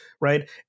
Right